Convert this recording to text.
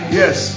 yes